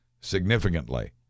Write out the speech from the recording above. significantly